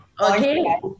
Okay